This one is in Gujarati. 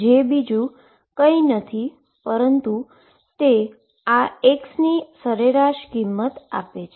જે બીજુ કઈ નથી પરંતુ તે આ x ની એવરેજ વેલ્યુ આપે છે